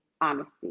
honesty